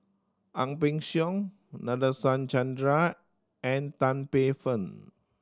Ang Peng Siong Nadasen Chandra and Tan Paey Fern